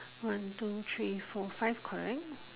one two three four five correct